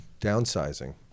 Downsizing